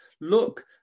look